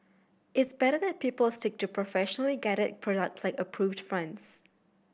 it's better that people stick to professionally guided product like approved friends